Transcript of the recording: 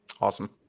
Awesome